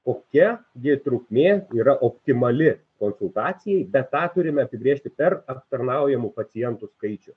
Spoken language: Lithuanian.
kokia gi trukmė yra optimali konsultacijai bet tą turime apibrėžti per aptarnaujamų pacientų skaičių